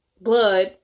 blood